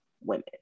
women